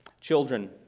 Children